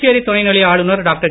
புதுச்சேரி துணைநிலை ஆளுனர் டாக்டர்